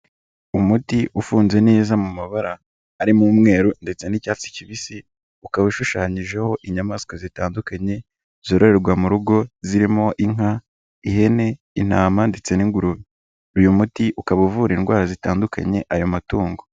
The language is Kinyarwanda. Umuti ufunze neza mu mabara arimo umweru ndetse n'icyatsi kibisi, ukaba ushushanyijeho inyamaswa zitandukanye zororerwa mu rugo, zirimo inka, ihene, intama ndetse n'inguru, uyu muti ukaba uvura indwara zitandukanye ayo matungo.